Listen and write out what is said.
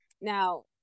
Now